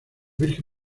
virgen